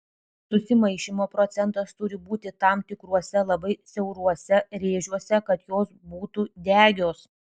susimaišymo procentas turi būti tam tikruose labai siauruose rėžiuose kad jos būtų degios